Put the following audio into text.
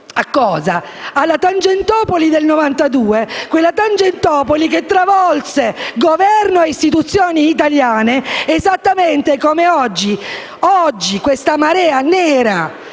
alla Tangentopoli del 1992, quella Tangentopoli che travolse Governo e istituzioni italiane esattamente come oggi questa marea nera,